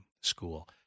school